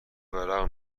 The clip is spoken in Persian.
ورق